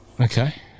Okay